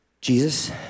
Jesus